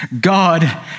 God